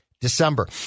December